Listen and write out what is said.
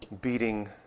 beating